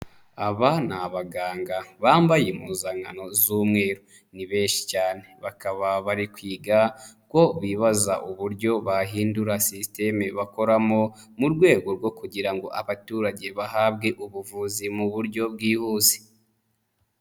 Aba ni abaganga bambaye impuzankano z'umweru ,ni benshi cyane bakaba bari kwiga ko bibaza uburyo bahindura system bakoramo, mu rwego rwo kugira ngo abaturage bahabwe ubuvuzi mu buryo bwihuse.